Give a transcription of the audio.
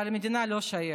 אבל המדינה לא שייכת.